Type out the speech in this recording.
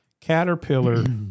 Caterpillar